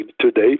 today